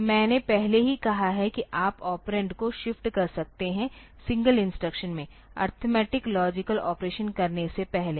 तो मैंने पहले ही कहा है कि आप ऑपरेंड को शिफ्ट कर सकते है सिंगल इंस्ट्रक्शन में अरिथमेटिक लॉजिक ऑपरेशन करने से पहले